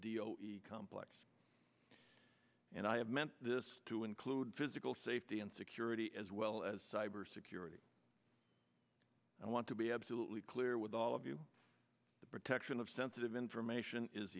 dio complex and i have meant this to include physical safety and security as well as cyber security i want to be absolutely clear with all of you the protection of sensitive information is